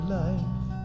life